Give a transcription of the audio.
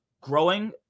growing